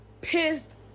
pissed